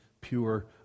pure